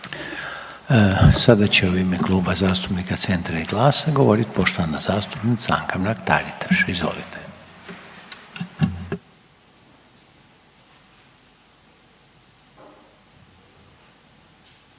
Sada će u ime Kluba zastupnika Centra i GLASA govoriti poštovanja zastupnica Anka Mrak Taritaš. Izvolite.